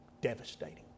Devastating